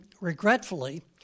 regretfully